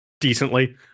decently